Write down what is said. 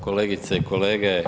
Kolegice i kolege.